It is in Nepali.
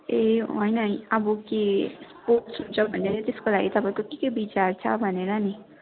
ए होइन है अब के कोच हुन्छ भनेर त्यसको लागि तपाईँको के के विचार छ भनेर पनि